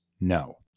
no